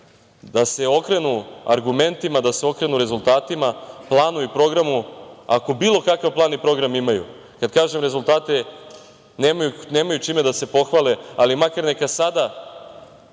da se okrenu argumentima, da se okrenu rezultatima, planu i programu, ako bilo kakav plan i program imaju. Kad kažem – rezultate, nemaju čime da se pohvale, ali makar neka sada